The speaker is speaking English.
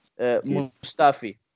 Mustafi